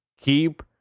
keep